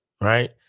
right